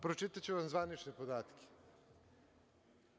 Pročitaću vam zvanične podatke.